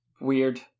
Weird